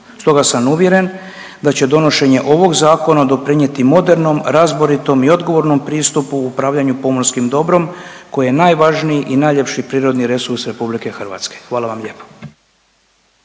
Stoga sam uvjeren da će donošenje ovog zakona doprinijeti modernom, razboritom i odgovornom pristupu upravljanja pomorskim dobrom koje je najvažniji i najljepši prirodni resurs RH. Hvala vam lijepo.